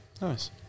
Nice